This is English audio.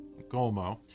Golmo